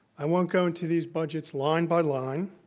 i won't go into these budgets line by line,